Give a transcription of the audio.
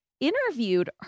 Interviewed